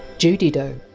judy doe,